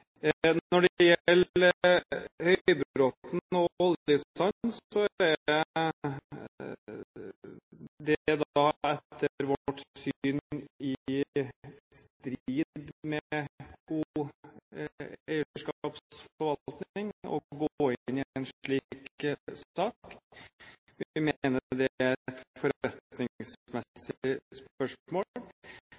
Når det gjelder Høybråten og oljesand, er det etter vårt syn i strid med god eierskapsforvaltning å gå inn i en slik sak. Vi mener det er et